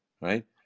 right